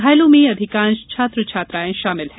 घायलों में अधिकांश छात्र छात्रायें शामिल हैं